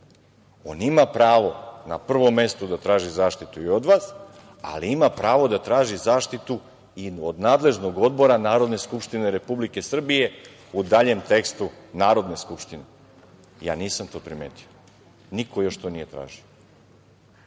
on ima pravo na prvom mestu da traži zaštitu i od vas, ali ima pravo da traži zaštitu i od nadležnog odbora Narodne skupštine Republike Srbije, u daljem tekstu: Narodne skupštine. Ja nisam to primetio. Niko još to nije tražio,